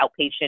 outpatient